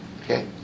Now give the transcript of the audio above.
Okay